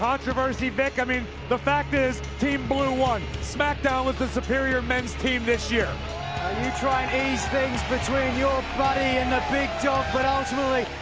controversy vick, i mean, the fact is team blue won, smackdown was the superior men's team this year. are you trying to ease things between your body and the big dog, but ultimately,